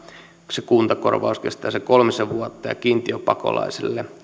se kuntakorvaus kestää sen kolmisen vuotta ja kiintiöpakolaisille